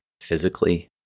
physically